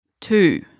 Two